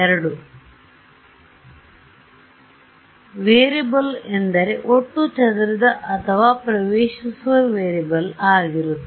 ವಲಯ I ರಲ್ಲಿ variable ಎಂದರೆ ಒಟ್ಟು ಚದುರಿದ ಅಥವಾ ಪ್ರವೇಶಿಸುವ ವೇರಿಯೇಬಲ್ ಆಗಿರುತ್ತದೆ